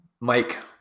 Mike